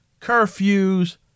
Curfews